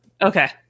Okay